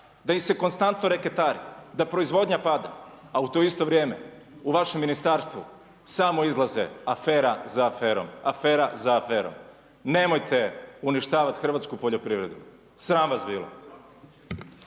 da im se konstantno reketari, da proizvodnja pada, a u to isto vrijeme u vaše ministarstvu samo izlazi afera za aferom, afera za aferom. Nemojte uništavati hrvatsku poljoprivredu, sram vas bilo.